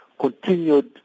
Continued